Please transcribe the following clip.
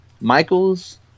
Michaels